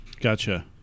Gotcha